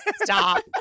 stop